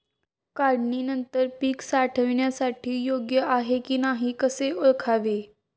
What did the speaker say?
काढणी नंतर पीक साठवणीसाठी योग्य आहे की नाही कसे ओळखावे?